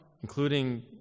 including